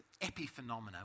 epiphenomena